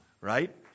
right